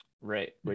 Right